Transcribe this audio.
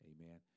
Amen